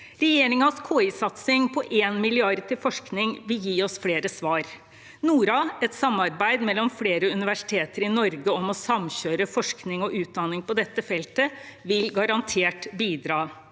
Regjeringens KI-satsing på 1 mrd. kr til forskning vil gi oss flere svar. NORA, et samarbeid mellom flere universiteter i Norge om å samkjøre forskning og utdanning på dette feltet, vil garantert bidra.